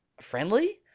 friendly